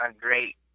great